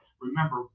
Remember